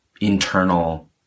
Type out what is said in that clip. internal